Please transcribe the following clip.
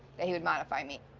that he would modify me.